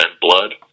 blood